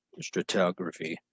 stratigraphy